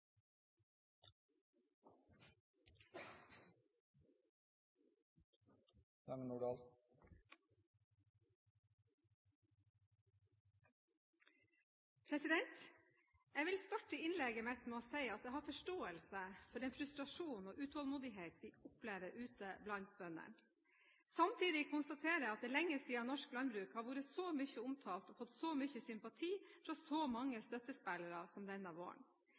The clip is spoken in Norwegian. er omme. Jeg vil starte innlegget mitt med å si at jeg har forståelse for den frustrasjon og utålmodighet vi opplever ute blant bøndene. Samtidig konstaterer jeg at det er lenge siden norsk landbruk har vært så mye omtalt og fått så mye sympati fra så mange støttespillere som denne våren.